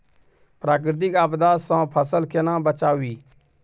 प्राकृतिक आपदा सं फसल केना बचावी?